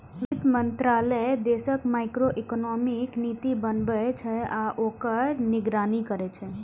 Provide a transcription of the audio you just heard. वित्त मंत्रालय देशक मैक्रोइकोनॉमिक नीति बनबै छै आ ओकर निगरानी करै छै